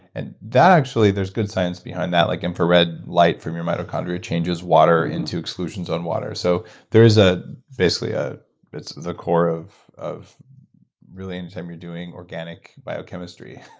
and that actually, there's good science behind that. like infrared light from your mitochondria changes water into exclusions on water. so there is ah basically, ah it's the core of of really anytime you're doing organic biochemistry,